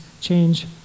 change